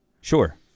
Sure